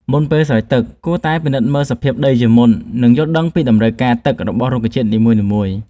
មុនពេលស្រោចទឹក គួរតែពិនិត្យសភាពដីជាមុន និងយល់ដឹងពីតម្រូវការទឹករបស់រុក្ខជាតិនីមួយៗ។